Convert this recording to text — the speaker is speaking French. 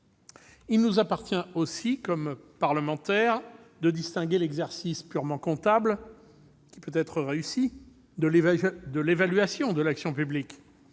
Il nous appartient aussi, en qualité de parlementaires, de distinguer l'exercice purement comptable, qui peut être réussi, de l'évaluation de l'action publique.